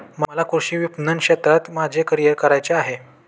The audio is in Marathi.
मला कृषी विपणन क्षेत्रात माझे करिअर करायचे आहे